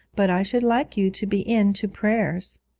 but i should like you to be in to prayers